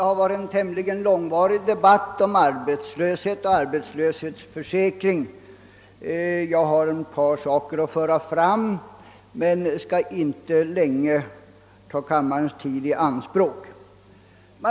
Herr talman! Denna debatt om arbetslöshet och arbetslöshetsförsäkring har varit ganska lång, och jag skall nu inte ta kammarens tid i anspråk alltför länge. Jag har emellertid ett par saker att anföra.